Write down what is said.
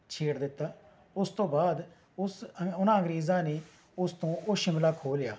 ਛੇੜ ਦਿੱਤਾ ਉਸ ਤੋਂ ਬਾਅਦ ਉਸ ਉਹਨਾਂ ਅੰਗਰੇਜ਼ਾਂ ਨੇ ਉਸ ਤੋਂ ਉਹ ਸ਼ਿਮਲਾ ਖੋਹ ਲਿਆ